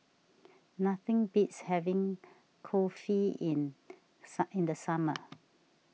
nothing beats having Kulfi in in the summer